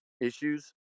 issues